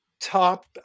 top